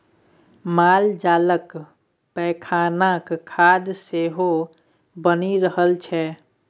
मालजालक पैखानाक खाद सेहो बनि रहल छै